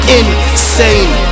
insane